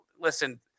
listen